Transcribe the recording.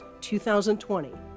2020